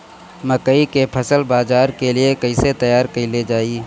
मकई के फसल बाजार के लिए कइसे तैयार कईले जाए?